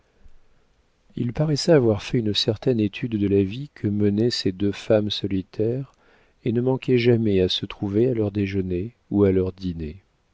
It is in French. il paraissait avoir fait une certaine étude de la vie que menaient ces deux femmes solitaires et ne manquait jamais à se trouver à leur déjeuner ou à leur dîner